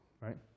right